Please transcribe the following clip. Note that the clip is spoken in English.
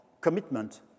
commitment